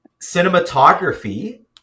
Cinematography